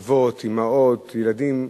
אבות, אמהות, ילדים,